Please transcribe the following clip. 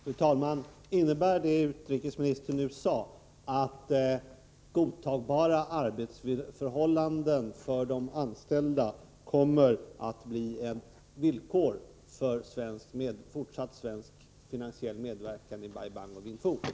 Fru talman! Innebär det som utrikesministern nu sade att godtagbara arbetsförhållanden för de anställda kommer att bli ett villkor för fortsatt svensk finansiell medverkan i Bai Bang och Vinh Phu?